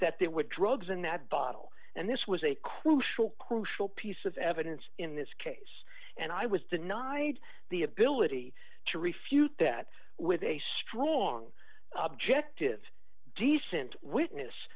that there were drugs in that bottle and this was a crucial crucial piece of evidence in this case and i was denied the ability to refute that with a strong objective decent witness